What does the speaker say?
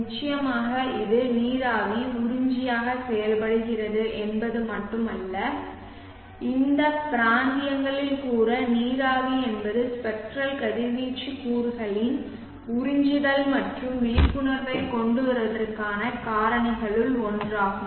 நிச்சயமாக இது நீராவி உறிஞ்சியாக செயல்படுகிறது என்பது மட்டுமல்ல இந்த பிராந்தியங்களில் கூட நீராவி என்பது ஸ்பெக்ட்ரல் கதிர்வீச்சு கூறுகளின் உறிஞ்சுதல் மற்றும் விழிப்புணர்வைக் கொண்டுவருவதற்கான காரணிகளில் ஒன்றாகும்